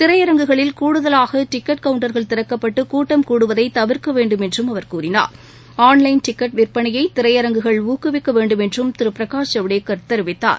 திரையரங்குகளில் கூடுதலாக டிக்கெட் கவுண்டர்கள் திறக்கப்பட்டு கூட்டம் கூடுவதை தவிர்க்க வேண்டும் என்றும் அவர் கூறினார் ஆள்லைள் டிக்கெட்டு விற்பனையை திரையரங்குகள் ஊக்குவிக்க வேண்டும் என்றும் திரு பிரகாஷ் ஜவ்டேகர் தெரிவித்தார்